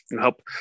help